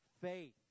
faith